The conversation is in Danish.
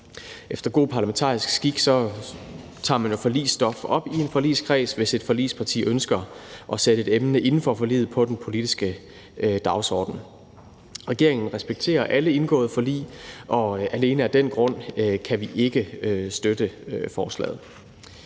Efter god parlamentarisk skik tager man jo forligsstof op i en forligskreds, hvis et forligsparti ønsker at sætte et emne inden for forliget på den politiske dagsorden. Regeringen respekterer alle indgåede forlig, og alene af den grund kan vi ikke støtte forslaget.